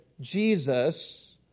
Jesus